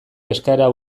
eskaera